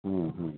हाँ हाँ